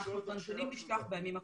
את הנתונים אנחנו נשלח בימים הקרובים.